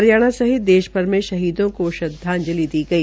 हरियाणा सहित देश भर में शहीदों को श्रद्वाजंलि दी गई